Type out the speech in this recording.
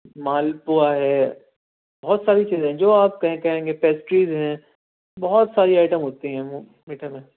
مال پوا ہے بہت ساری چیزیں ہیں جو آپ کہیں کہیں گے پیسٹریز ہیں بہت ساری آئٹم ہوتی ہیں میٹھے میں